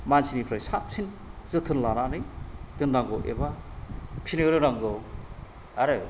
मानसिनिफ्राय साबसिन जोथोन लानानै दोननांगौ एबा फिनो रोंनांगौ आरो